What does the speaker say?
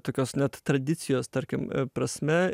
tokios net tradicijos tarkim prasme